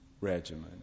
regimen